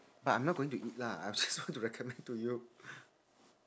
but I'm not going to eat lah I just want to recommend to you